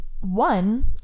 one